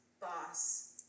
boss